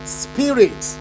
spirit